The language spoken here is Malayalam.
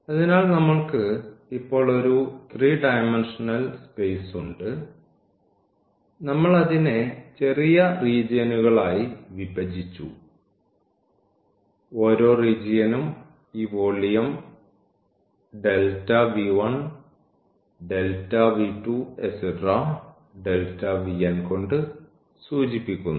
അതിനാൽ നമ്മൾക്ക് ഇപ്പോൾ ഒരു 3 ഡയമെന്ഷനൽ സ്പേസ് ഉണ്ട് നമ്മൾ അതിനെ ചെറിയ റീജിയൻകളായി വിഭജിച്ചു ഓരോ റീജിയനും ഈ വോളിയം ഈ കൊണ്ട് സൂചിപ്പിക്കുന്നു